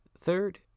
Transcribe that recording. Third